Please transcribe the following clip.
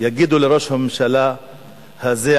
יגידו לראש הממשלה הזה,